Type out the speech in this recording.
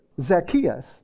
Zacchaeus